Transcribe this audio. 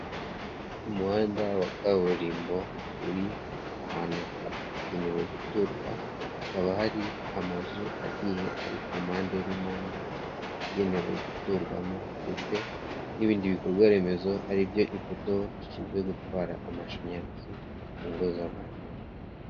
Uyu muhanda wa kaburimbo uri ahantu hagenewe guturwa hakaba hari amazu agiye ari ku mpande n'impande, yagenewe guturwamo ndetse n'ibindi bikorwa remezo aribyo ipoto rishinzwe gutwara amashanyarazi mu ngo z' abantu.